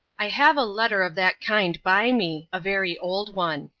i have a letter of that kind by me, a very old one.